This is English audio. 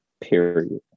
period